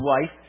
wife